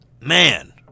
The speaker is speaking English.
man